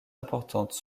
importante